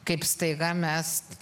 kaip staiga mes